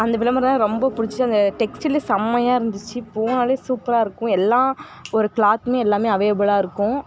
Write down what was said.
அந்த விளம்பரம் தான் ரொம்ப புடிச்சு அந்த டெக்ஸ்ட்டைலே செமையாருந்துச்சி போனாலே சூப்பராயிருக்கும் எல்லா ஒரு க்ளாத்துமே எல்லாமே அவேலபுலாகருக்கும்